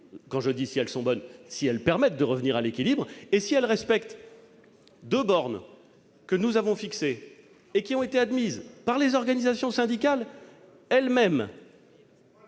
proposer des mesures, qui, si elles permettent de revenir à l'équilibre et respectent les deux bornes que nous avons fixées et qui ont été admises par les organisations syndicales elles-mêmes-